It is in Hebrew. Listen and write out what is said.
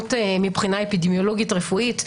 נכונות אפידמיולוגית רפואית,